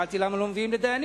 כששאלתי למה לא מביאים לדיינים,